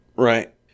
Right